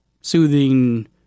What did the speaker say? soothing